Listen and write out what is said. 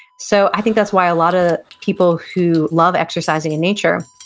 so, i think that's why a lot of people who love exercising in nature,